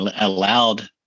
allowed